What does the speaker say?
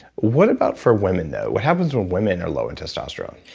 what about for women though? what happens when women are low in testosterone?